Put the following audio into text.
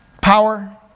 Power